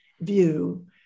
view